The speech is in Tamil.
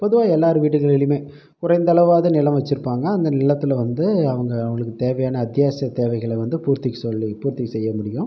பொதுவாக எல்லோரு வீட்டுகளிலியுமே குறைந்தளவாது நிலம் வச்சுருப்பாங்க அந்த நிலத்தில் வந்து அவங்க அவங்களுக்கு தேவையான அத்தியாவசிய தேவைகளை வந்து பூர்த்தி சொல்லி பூர்த்தி செய்ய முடியும்